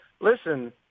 listen